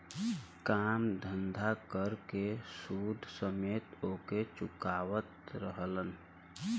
काम धंधा कर के सूद समेत ओके चुकावत रहलन